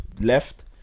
left